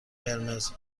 قرمز